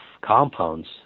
compounds